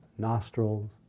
nostrils